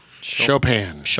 Chopin